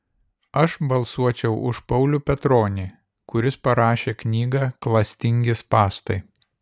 aš balsuočiau už paulių petronį kuris parašė knygą klastingi spąstai